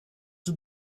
the